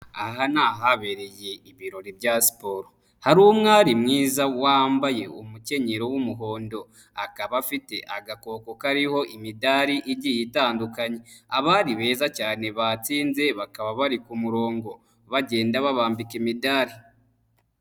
Aha nihabereye ibirori bya siporo, hari umwari mwiza wambaye umukenyero w'umuhondo, akaba afite agakoko kariho imidari igiye itandukanye, abari beza cyane batsinze bakaba bari ku murongo, bagenda babambika imidari.